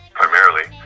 primarily